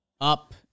up